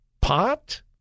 Pot